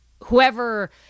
whoever